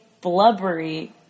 blubbery